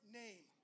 name